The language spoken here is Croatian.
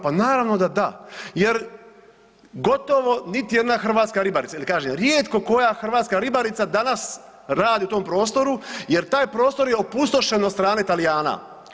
Pa naravno da da jer gotovo niti jedna hrvatska ribarica ili kažem, rijetko koja hrvatska ribarica danas radi u tom prostoru jer taj prostor je opustošen od strane Talijana.